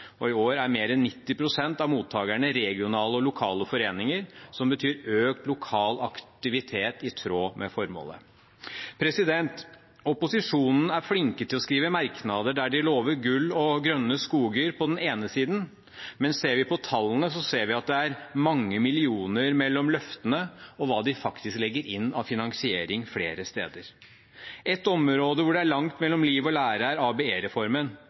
organisasjonene. I år er mer enn 90 pst. av mottakerne regionale og lokale foreninger, som betyr økt lokal aktivitet i tråd med formålet. Opposisjonen er flinke til å skrive merknader der de lover gull og grønne skoger, men ser vi på tallene, ser vi at det flere steder er mange millioner mellom løftene og hva de faktisk legger inn av finansiering. Et område hvor det er langt mellom liv og lære, er